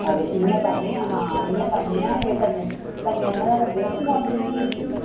अदे इ'यां करने आं हां इ'यां करने आं कन्नै कन्नै आह्लें दे लग्गे दे नी गोआंडियें दे मिस्त्री